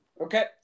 Okay